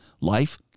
life